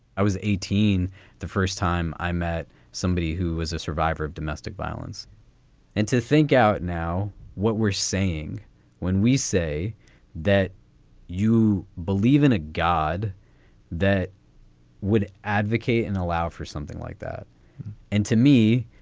i was eighteen the first time i met somebody who was a survivor of domestic violence and to think out now what we're saying when we say that you believe in a god that would advocate and allow for something like that and to me,